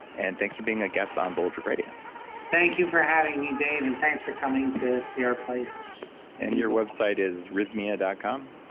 and thanks for being a guest on bulletproof radio thank you for having, dave and thanks for coming to see our place and your website is rythmia dot com?